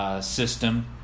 system